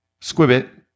Squibbit